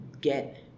get